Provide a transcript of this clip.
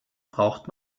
braucht